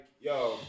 Yo